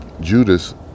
Judas